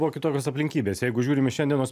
buvo kitokios aplinkybės jeigu žiūrim į šiandienos